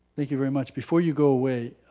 thank you very much, before you go away,